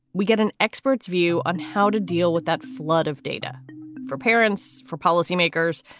we get an expert's view on how to deal with that flood of data for parents, for policymakers,